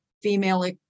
female